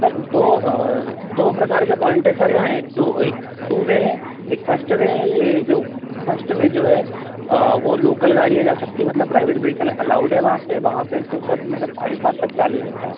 sir दो दो प्रकार के पॉइन्ट हैं सर यहाँ ए दो एक टू पर है एक फ़स्ट पर है ये जो फ़स्ट पर जो है वो लोकल गाड़ियाँ जा सकती है मतलब प्राइवेट वेहिकल अलाउड है वहाँ पर वहाँ पर तो सर मतलब साढ़े सात बजे तक चालू हो जाता है